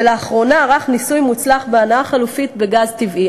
ולאחרונה ערך ניסוי מוצלח בהנעה חלופית בגז טבעי.